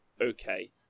okay